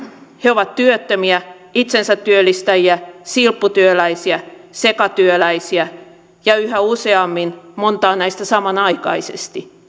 he ovat työttömiä itsensätyöllistäjiä silpputyöläisiä sekatyöläisiä ja yhä useammin montaa näistä samanaikaisesti